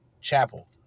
Chapel